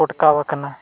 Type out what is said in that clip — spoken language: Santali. ᱚᱴᱠᱟᱣ ᱟᱠᱟᱱᱟ